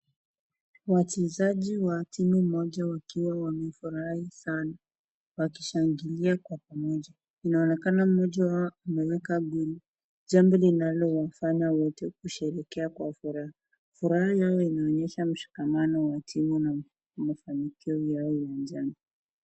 Wachezaji wa timu moja wakiwa wamefurahi sana, wakishangilia kwa pamoja. Inaonekana mmoja wao ameweka goli, jambo linalo wafanya wote kusherehekea kwa furaha. Furaha yao inaonyesha mshikamano wa timu na mafanikio yao ya uwanjani.